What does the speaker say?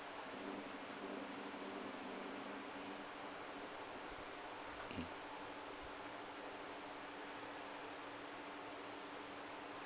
mm